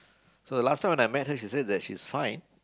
so the last time when I met her she said that she's fine